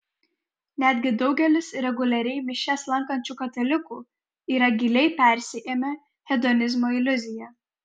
netgi daugelis reguliariai mišias lankančių katalikų yra giliai persiėmę hedonizmo iliuzija